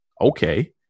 okay